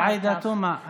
חברת הכנסת עאידה תומא,